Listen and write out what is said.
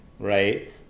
Right